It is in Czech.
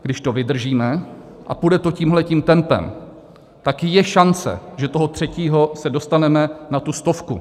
Když to vydržíme a půjde to tímhletím tempem, tak je šance, že toho 3. se dostaneme na tu stovku.